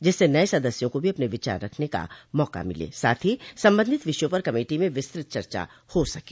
जिससे नये सदस्यों को भी अपने विचार रखने का मौका मिले साथ ही संबंधित विषयों पर कमेटी में विस्तृत चर्चा हो सके